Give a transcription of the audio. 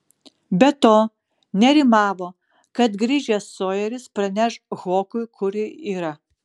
be to nerimavo kad grįžęs sojeris praneš hokui kur ji yra